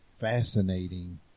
fascinating